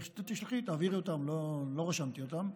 תשלחי, תעבירי אותן, לא רשמתי אותן,